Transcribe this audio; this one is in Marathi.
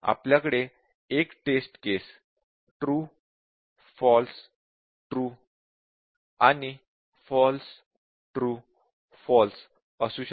आपल्याकडे एक टेस्ट केस ट्रू फॉल्सट्रू आणि फॉल्स ट्रू फॉल्स असू शकते